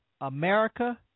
America